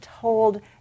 told